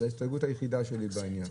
זו ההסתייגות היחידה שלי בעניין.